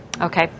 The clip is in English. Okay